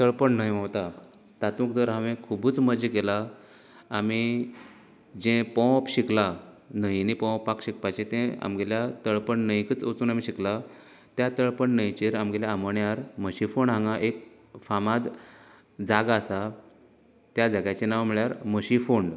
तळपण न्हंय व्हांवता तातूंत तर हांवे खुबूच मजा केल्या आमी जे पोंवप शिकला न्हंयांनी पोंवपाक शिकपाचें तें आमगेल्या तळपण न्हंयतच वचून आमी शिकलां त्या तळपण न्हंयचेर आमगेल्या आमोण्यार हांगा म्हशीं फोंड हांगां एक फामाद जागा आसा त्या जाग्याचें नांव म्हळ्यार म्हशीं फोंड